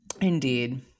Indeed